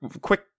quick